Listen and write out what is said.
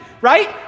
Right